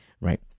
right